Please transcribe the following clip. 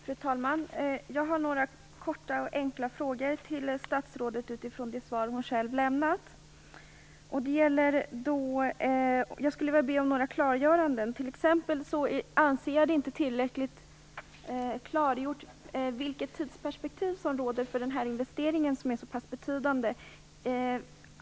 Fru talman! Jag har några korta och enkla frågor till statsrådet med utgångspunkt från det svar hon lämnat. Jag skulle vilja be om några klargöranden. Jag anser t.ex. inte att det är tillräckligt klargjort vilket tidsperspektiv som gäller för den här investeringen som är så pass betydande.